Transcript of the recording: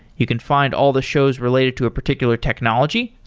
you can find all the shows related to a particular technology,